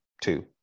two